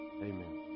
Amen